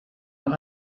noch